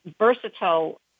versatile